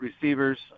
receivers